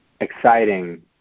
exciting